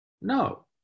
No